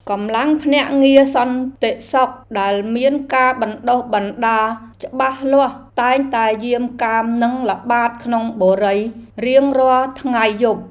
កម្លាំងភ្នាក់ងារសន្តិសុខដែលមានការបណ្តុះបណ្តាលច្បាស់លាស់តែងតែយាមកាមនិងល្បាតក្នុងបុរីរៀងរាល់ថ្ងៃយប់។